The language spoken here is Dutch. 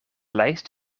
lijst